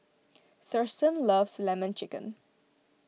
Thurston loves Lemon Chicken